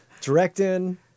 directing